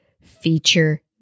feature